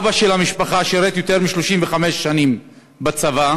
האבא של המשפחה שירת יותר מ-35 שנים בצבא,